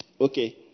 Okay